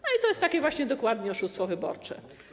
No i to jest takie właśnie dokładnie oszustwo wyborcze.